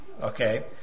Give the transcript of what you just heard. okay